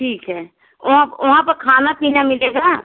ठीक है वहाँ पर वहाँ पर खाना पीना मिलेगा